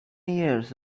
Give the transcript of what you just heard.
years